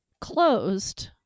closed